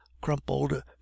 crumpled